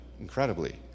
incredibly